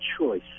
choice